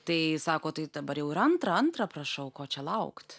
tai sako tai dabar jau ir antrą antrą prašau ko čia laukt